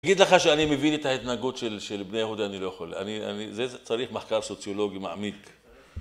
להגיד לך שאני מבין את ההתנהגות של בני יהודה? אני לא יכול, זה צריך מחקר סוציולוגי מעמיק